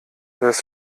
das